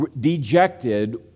dejected